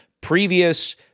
previous